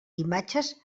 imatges